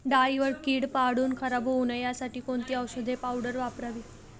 डाळीवर कीड पडून खराब होऊ नये यासाठी कोणती औषधी पावडर वापरावी?